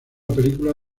película